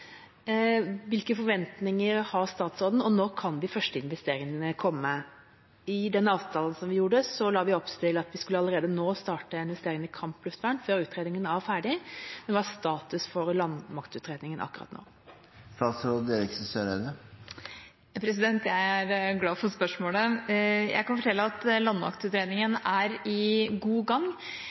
Hvilke forventninger har statsråden, og når kan de første investeringene komme? I den avtalen vi gjorde, la vi opp til at vi allerede nå skulle starte investeringene i kampluftvern, før utredningen er ferdig. Men hva er status for landmaktutredningen akkurat nå? Jeg er glad for spørsmålet. Jeg kan fortelle at landmaktutredningen er i god gang.